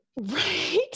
Right